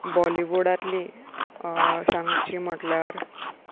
बॉलिवूडांतली सांगची म्हटल्यार